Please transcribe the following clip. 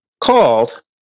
called